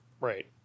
Right